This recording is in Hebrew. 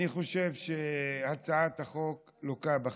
אני חושב שהצעת החוק לוקה בחסר.